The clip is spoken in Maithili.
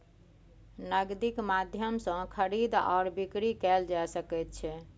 नगदीक माध्यम सँ खरीद आओर बिकरी कैल जा सकैत छै